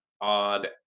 odd